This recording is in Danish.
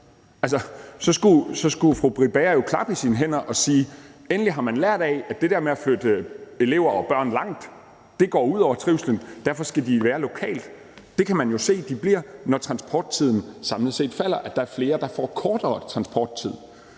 Så skulle fru Britt Bager jo klappe i sine hænder og sige: Endelig har man lært af, at det der med at flytte børn og elever langt væk går ud over trivslen, og at de derfor skal gå lokalt. Det kan man jo se sker, når transporttiden samlet set falder. Der er altså flere, der får en kortere transporttid.